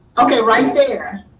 okay, right there.